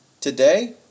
Today